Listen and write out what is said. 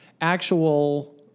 actual